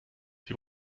sie